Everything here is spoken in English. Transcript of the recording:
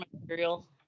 material